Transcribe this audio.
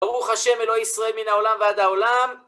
ברוך השם אלוהי ישראל מן העולם ועד העולם.